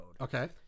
Okay